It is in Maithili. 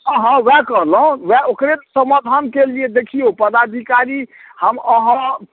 हँ हँ वएह कहलहुँ आओर ओकरे समाधान केलिए देखिऔ पदाधिकारी हम अहाँ